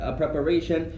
preparation